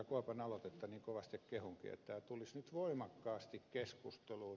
kuopan aloitetta niin kovasti kehunkin että tulisi nyt voimakkaasti keskusteluun